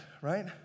right